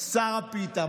שר הפיתה?